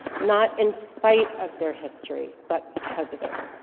not in-spite of their history, but because of it.